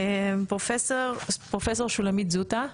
פרופסור שלומית זוטא.